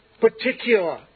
particular